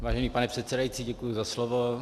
Vážený pane předsedající, děkuji za slovo.